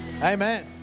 Amen